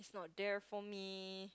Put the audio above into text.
he's not there for me